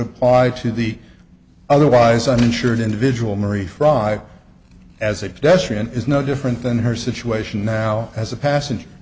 apply to the otherwise uninsured individual marie fry as if that's true and is no different than her situation now as a passenger